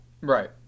Right